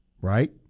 right